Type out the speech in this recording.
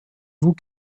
vous